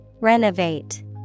Renovate